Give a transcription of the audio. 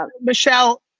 Michelle